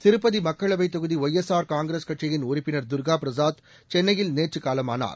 திருப்பதி மக்களவை தொகுதி ஒய்எஸ்ஆர் காங்கிரஸ் கட்சியின் உறுப்பினர் தர்கா பிரசாத் சென்னையில் நேற்று காலமானார்